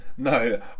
No